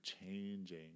changing